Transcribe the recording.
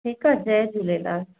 ठीकु आहे जय झूलेलाल